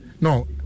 No